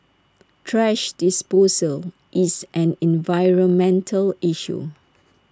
thrash disposal is an environmental issue